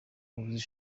umuyobozi